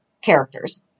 characters